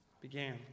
began